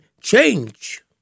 change